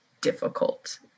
difficult